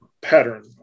pattern